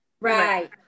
Right